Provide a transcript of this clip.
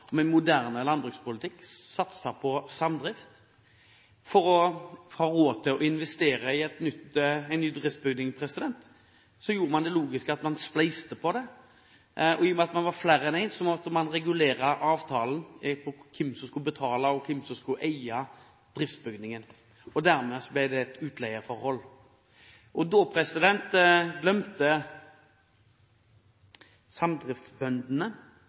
og med moderne landbrukspolitikk, satset de på samdrift. For å ha råd til å investere i ny driftsbygning gjorde man det logiske, man spleiset på den. I og med at man var flere enn én, måtte man regulere avtalen om hvem som skulle betale, og hvem som skulle eie driftsbygningen. Dermed ble det et utleieforhold. Da glemte samdriftsbøndene, og